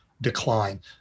decline